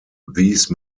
these